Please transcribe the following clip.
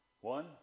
One